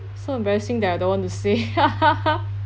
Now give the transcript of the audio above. so embarrassing that I don't want to say